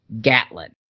Gatlin